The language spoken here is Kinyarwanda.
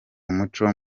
umuco